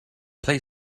play